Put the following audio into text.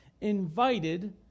invited